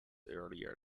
earlier